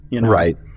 Right